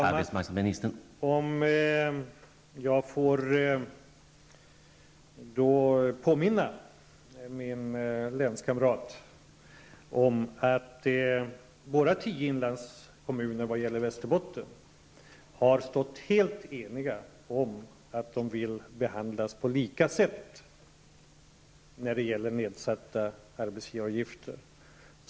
Herr talman! Jag kanske får påminna min länskamrat om att de tio inlandskommunerna i Västerbotten har stått helt eniga om att de vill behandlas på lika sätt när det gäller nedsättning av arbetsgivaravgifterna.